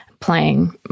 Playing